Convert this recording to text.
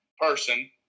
person